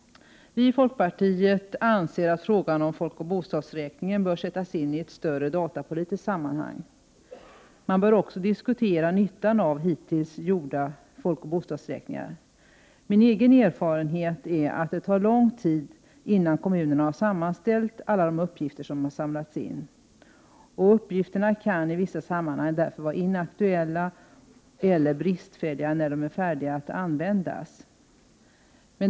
Vii folkpartiet anser att frågan om folkoch bostadsräkningen bör sättas in i ett större datapolitiskt sammanhang. Man bör också diskutera nyttan av tidigare gjorda folkoch bostadsräkningar. Min egen erfarenhet är att det tar lång tid innan kommunerna har sammanställt alla de uppgifter som har samlats in. Uppgifterna kan därför i vissa sammanhang vara inaktuella eller bristfälliga när de är färdiga att användas.